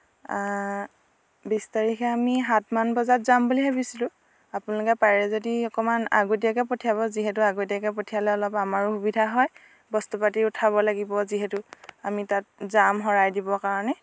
বিছ তাৰিখে আমি সাতমান বজাত যাম বুলি ভাবিছিলোঁ আপোনালোকে পাৰে যদি অকণমান আগতীয়াকৈ পঠিয়াব যিহেতু আগতীয়াকৈ পঠিয়ালে অলপ আমাৰো সুবিধা হয় বস্তু পাতি উঠাব লাগিব যিহেতু আমি তাত যাম শৰাই দিবৰ কাৰণে